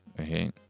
okay